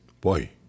Boy